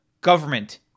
government